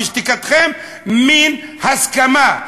ושתיקתכם היא מין הסכמה,